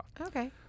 Okay